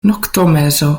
noktomezo